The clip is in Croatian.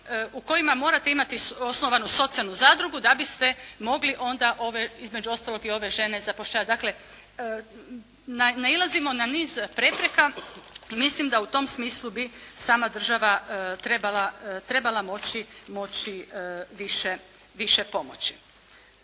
u kojima morate imati osnovanu socijalnu zadrugu da biste mogli onda ove, između ostaloga i ove žene zapošljavati. Dakle nailazimo na niz prepreka, mislim da u tom smislu bi sama država trebala moći više pomoći.